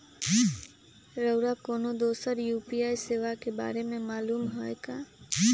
रउरा कोनो दोसर यू.पी.आई सेवा के बारे मे मालुम हए का?